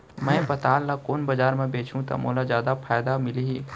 मैं पताल ल कोन बजार म बेचहुँ त मोला जादा फायदा मिलही?